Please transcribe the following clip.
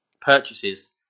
purchases